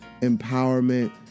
empowerment